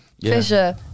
Fisher